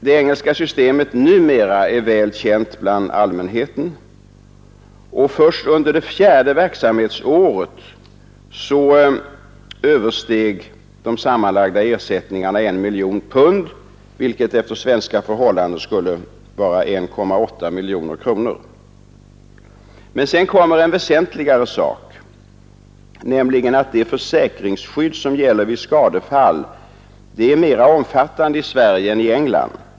Det engelska systemet är numera väl känt bland allmänheten, och först under det fjärde verksamhetsåret översteg de sammanlagda ersättningarna 1 miljon pund, vilket efter svenska förhållanden skulle bli 1,8 miljoner kronor. Men därtill kommer en väsentligare sak, nämligen att det försäkringsskydd som gäller vid skadefall är mera omfattande i Sverige än i England.